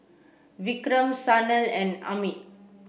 Vikram Sanal and Amit